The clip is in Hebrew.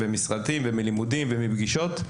מלימודים ומפגישות.